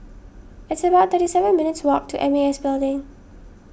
it's about thirty seven minutes' walk to M A S Building